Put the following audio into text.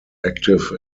active